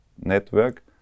network